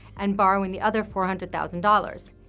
and borrowing the other four hundred thousand dollars.